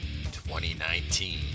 2019